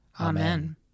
Amen